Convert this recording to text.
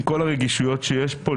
עם כל הרגישויות שיש כאן,